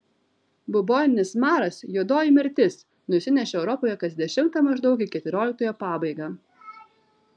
buboninis maras juodoji mirtis nusinešė europoje kas dešimtą maždaug į keturioliktojo pabaigą